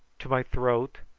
to my throat,